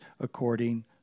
according